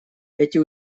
эти